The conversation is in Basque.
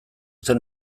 zen